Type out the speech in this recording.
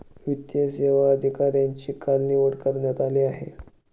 वित्तीय सेवा अधिकाऱ्यांची काल निवड करण्यात आली आहे